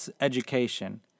education